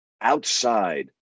outside